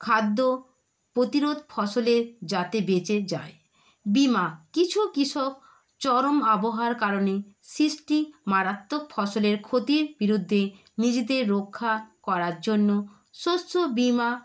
খাদ্য প্রতিরোধ ফসলের যাতে বেঁচে যায় বীমা কিছু কৃষক চরম আবহাওয়ার কারণে সৃষ্টি মারাত্মক ফসলের ক্ষতির বিরুদ্ধে নিজেদের রক্ষা করার জন্য শস্য বীমা